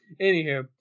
anywho